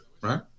right